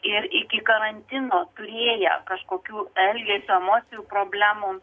ir iki karantino turėję kažkokių elgesio emocinių problemų